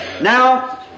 Now